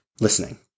listening